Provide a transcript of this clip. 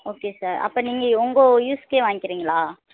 okay sir அப்போ நீங்கள் உங்கள் யூஸ்சுக்கே வாங்கிக்கிறீங்களா